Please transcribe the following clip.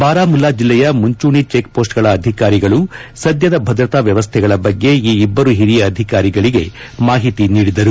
ಬಾರಾಮುಲ್ಲಾ ಜಿಲ್ಲೆಯ ಮುಂಚೂಣಿ ಚೆಕ್ ಪೋಸ್ಟ್ಗಳ ಅಧಿಕಾರಿಗಳು ಸದ್ಯದ ಭದ್ರತಾ ವ್ಯವಸ್ಥೆಗಳ ಬಗ್ಗೆ ಈ ಇಬ್ಬರು ಹಿರಿಯ ಅಧಿಕಾರಿಗಳಿಗೆ ಮಾಹಿತಿ ನೀಡಿದರು